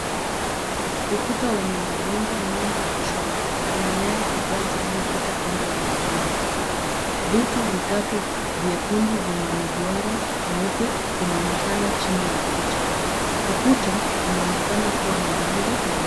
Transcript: Ukuta wenye mabomba mengi ya chuma. Kuna nyaya kadhaa zilizopita kando ya mabomba. Vitu vitatu vyekundu vina miduara nyeupe vinaonekana chini ya picha. Ukuta unaonekana kuwa na rangi nyeupe.